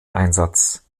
einsatz